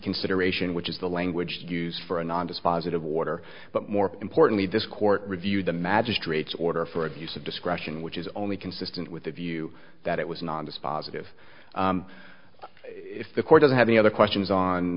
reconsideration which is the language to use for a non dispositive order but more importantly this court reviewed the magistrate's order for abuse of discretion which is only consistent with the view that it was not dispositive if the court doesn't have any other questions on